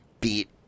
beat